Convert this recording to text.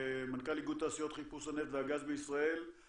מנכ"ל איגוד תעשיות חיפוש הנפט והגז בישראל,